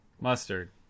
mustard